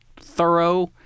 thorough